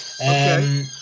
Okay